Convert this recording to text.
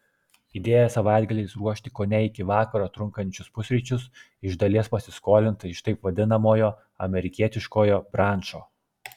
idėja savaitgaliais ruošti kone iki vakaro trunkančius pusryčius iš dalies pasiskolinta iš taip vadinamojo amerikietiškojo brančo